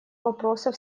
вопросов